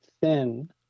thin